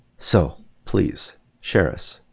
so please share us.